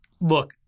look